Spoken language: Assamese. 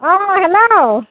অঁ হেল্ল'